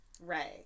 right